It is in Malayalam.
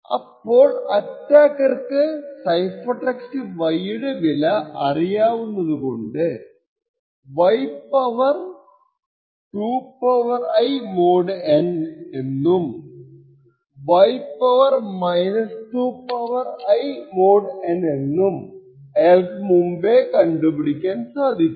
അപ്പോൾ അറ്റാക്കർക്ക് സൈഫർ ടെക്സ്റ്റ് y യുടെ വില അറിയാവുന്നതുകൊണ്ട് y 2 I mod n നും y 2 I mod n നും അയാൾക്ക് മുൻപേ കണ്ടുപിടിക്കാൻ സാധിക്കും